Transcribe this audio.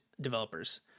developers